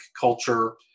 culture